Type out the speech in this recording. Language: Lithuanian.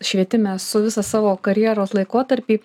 švietime esu visą savo karjeros laikotarpį